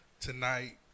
Tonight